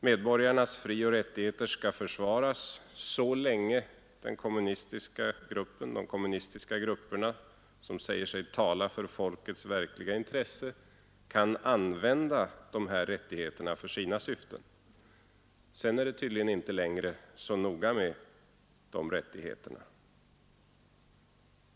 Medborgarnas frioch rättigheter skall försvaras så länge de kommunistiska grupperna, som säger sig tala för folkets verkliga intresse, kan använda dessa rättigheter för sina syften. Sedan är det tydligen inte längre så noga med de rättigheterna.